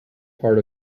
part